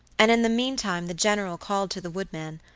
and in the meantime the general called to the woodman,